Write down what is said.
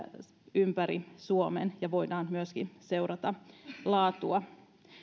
ympäri suomen ja voidaan myöskin seurata laatua